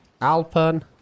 Alpen